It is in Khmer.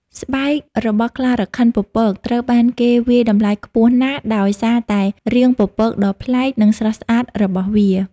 ស្បែក របស់ខ្លារខិនពពកត្រូវបានគេវាយតម្លៃខ្ពស់ណាស់ដោយសារតែ រាងពពកដ៏ប្លែក និងស្រស់ស្អាត របស់វា។